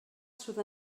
sud